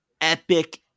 epic